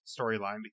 storyline